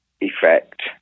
effect